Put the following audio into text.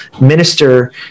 minister